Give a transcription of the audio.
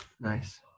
Nice